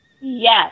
Yes